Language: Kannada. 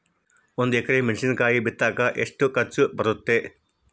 ಒಂದು ಎಕರೆ ಮೆಣಸಿನಕಾಯಿ ಬಿತ್ತಾಕ ಎಷ್ಟು ಖರ್ಚು ಬರುತ್ತೆ?